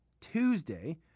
Tuesday